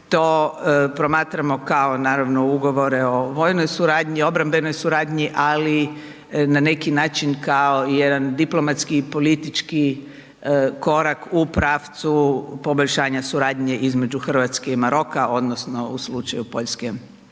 to promatramo kao, naravno, ugovore o vojnoj suradnji, obrambenoj suradnji, ali na neki način kao i jedan diplomatski i politički korak u pravcu poboljšanja suradnje između Hrvatske i Maroka, odnosno u slučaju Hrvatske